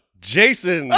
Jason